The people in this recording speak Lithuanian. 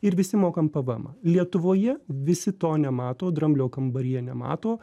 ir visi mokam pvmą lietuvoje visi to nemato dramblio kambaryje nemato